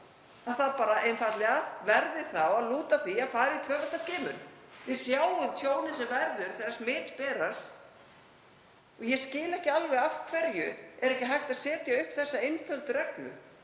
það einfaldlega að lúta því að fara í tvöfalda skimun. Við sjáum tjónið sem verður þegar smit berast. Ég skil ekki alveg af hverju ekki er hægt að setja upp þessa einföldu reglu.